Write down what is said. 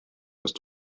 ist